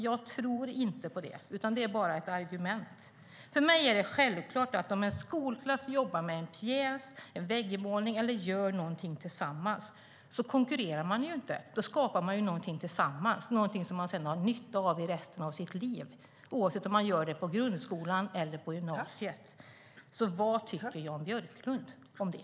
Jag tror inte på det. Det är bara ett argument. För mig är det självklart. Om en skolklass jobbar med en pjäs eller en väggmålning eller gör någonting tillsammans konkurrerar man inte. Då skapar man någonting tillsammans, någonting som man har nytta av i resten av sitt liv, oavsett om man gör det på grundskolan eller på gymnasiet. Vad tycker Jan Björklund om det?